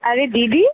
আরে দিদি